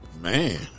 Man